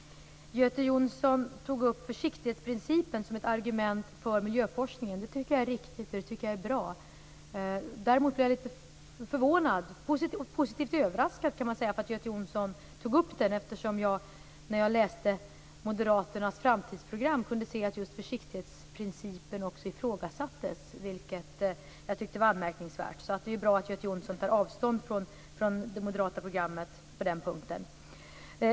Göte Jonsson nämnde försiktighetsprincipen som ett argument för miljöforskningen. Det tycker jag är riktigt och bra. Däremot blev jag litet positivt överraskad att Göte Jonsson tog upp den, eftersom jag när jag läste Moderaternas framtidsprogram kunde se att just försiktighetsprincipen ifrågasattes, vilket jag tyckte var anmärkningsvärt. Det är bra att Göte Jonsson tar avstånd från det moderata programmet på den punkten.